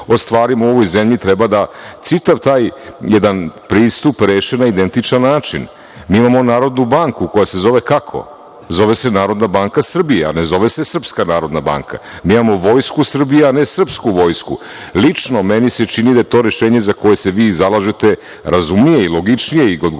o stvarima u ovoj zemlji treba da čitav taj jedan pristup reše na identičan način. Mi imamo Narodnu banku koja se zove kako? Zove se Narodna banka Srbije, a ne zove se srpska narodna banka. Mi imamo Vojsku Srbije, a ne srpsku vojsku. Lično, meni se čini da je to rešenje za koje se vi zalažete razumnije i logičnije i da odgovara